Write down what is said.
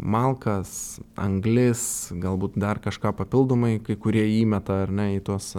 malkas anglis galbūt dar kažką papildomai kai kurie įmeta ar ne į tuos